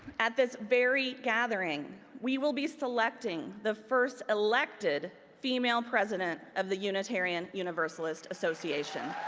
at this very gathering, we will be selecting the first elected female president of the unitarian universalist association.